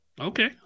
okay